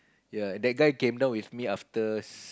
yea that guy came down with me after